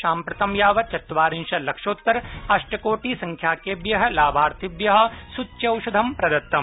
साम्प्रतं यावत् चत्वारिंशल्लक्षोत्तर अष्टकोटि संख्याकेभ्य लाभार्थिभ्य सृच्चौषधं प्रदत्तम्